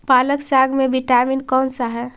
पालक साग में विटामिन कौन सा है?